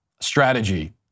strategy